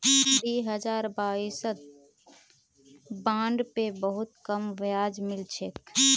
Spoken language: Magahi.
दी हजार बाईसत बॉन्ड पे बहुत कम ब्याज मिल छेक